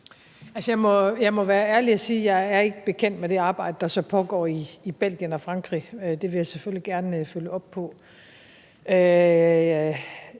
Jeg må være ærlig at sige, at jeg ikke er bekendt med det arbejde, der pågår i Belgien og Frankrig, så det vil jeg selvfølgelig gerne følge op på.